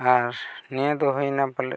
ᱟᱨ ᱱᱤᱭᱟᱹ ᱫᱚ ᱦᱩᱭᱮᱱᱟ ᱯᱟᱞᱮᱱ